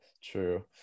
True